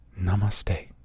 Namaste